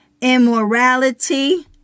immorality